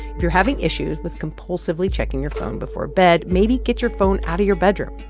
if you're having issues with compulsively checking your phone before bed, maybe get your phone out of your bedroom.